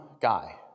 guy